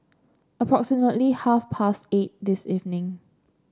approximately half past eight this evening